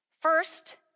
First